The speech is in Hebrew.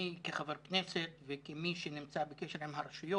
אני כחבר כנסת וכמי שנמצא בקשר עם הרשויות,